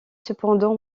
cependant